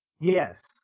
Yes